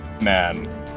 Man